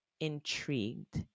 intrigued